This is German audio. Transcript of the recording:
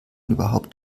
überhaupt